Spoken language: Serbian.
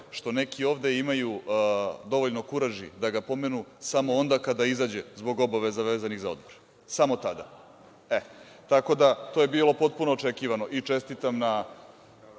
što neki ovde imaju dovoljno kuraži da ga pomenu samo onda kada izađe zbog obaveza vezanih za Odbor. Samo tada. Tako da, to je bilo potpuno očekivano i čestitam na